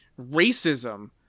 racism